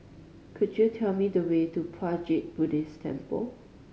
could you tell me the way to Puat Jit Buddhist Temple